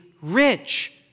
rich